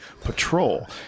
patrol